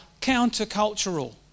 countercultural